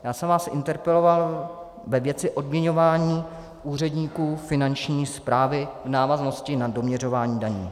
Já jsem vás interpeloval ve věci odměňování úředníků Finanční správy v návaznosti na doměřování daní.